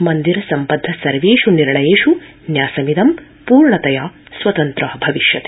मन्दिर सम्बद्ध सर्वेष् निर्णयेष् न्यासमिदं पूर्णतया स्वतन्त्र भविष्यति